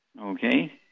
Okay